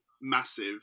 massive